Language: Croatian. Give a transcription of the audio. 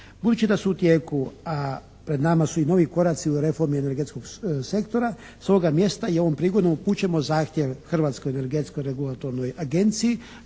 Budući da su u tijeku, a pred nama su i novi koraci u reformi energetskog sektora s ovoga mjesta i ovom prigodom upućujemo zahtjev Hrvatskoj energetskoj regulatornoj agenciji